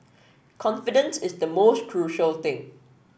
confidence is the most crucial thing